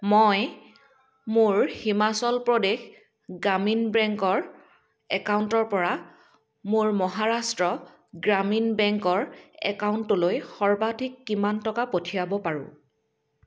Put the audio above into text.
মই মোৰ হিমাচল প্ৰদেশ গ্ৰামীণ বেংকৰ একাউণ্টৰপৰা মোৰ মহাৰাষ্ট্ৰ গ্ৰামীণ বেংকৰ একাউণ্টলৈ সৰ্বাধিক কিমান টকা পঠিয়াব পাৰোঁ